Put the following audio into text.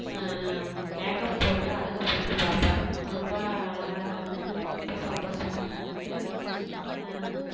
makeup போட்டு அழகுப்படுத்தி பார்ப்பேன் ரொம்ப அழகா ரொம்ப சந்தோஷமா இருக்கும் எனக்கு